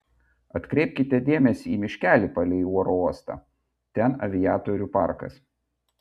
atkreipkite dėmesį į miškelį palei oro uostą ten aviatorių parkas